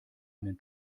einen